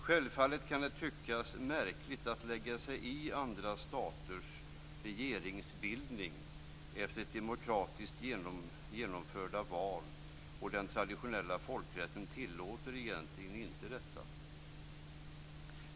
Självfallet kan det tyckas märkligt att man lägger sig i andra staters regeringsbildning efter demokratiskt genomförda val. Den traditionella folkrätten tillåter egentligen inte detta.